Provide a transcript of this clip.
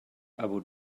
abu